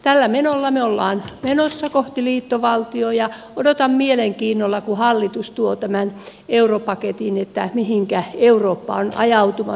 tällä menolla me olemme menossa kohti liittovaltiota ja odotan mielenkiinnolla kun hallitus tuo tämän europaketin mihinkä eurooppa on ajautumassa